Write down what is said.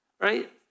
Right